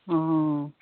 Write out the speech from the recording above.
অঁ